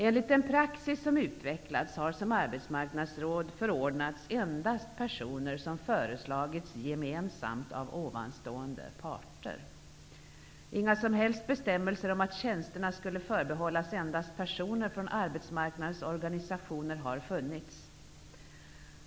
Enligt den praxis som utvecklats har som arbetsmarknadsråd endast förordats personer som föreslagits gemensamt av ovanstående parter. Inga som helst bestämmelser om att tjänsterna skulle förbehållas personer från arbetsmarknadens organisationer har funnits.